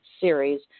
Series